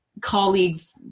colleagues